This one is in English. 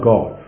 God